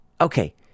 Okay